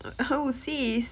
eh oh sis